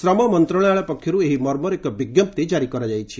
ଶ୍ରମ ମନ୍ତ୍ରଣାଳୟ ପକ୍ଷରୁ ଏହି ମର୍ମରେ ଏକ ବିଜ୍ଞପ୍ତି ଜାରି କରାଯାଇଛି